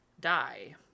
die